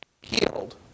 healed